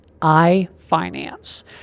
iFinance